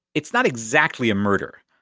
it's not exactly a murder,